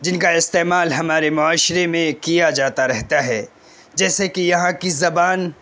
جن کا استعمال ہمارے معاشرے میں کیا جاتا رہتا ہے جیسے کہ یہاں کی زبان